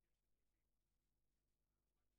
לא,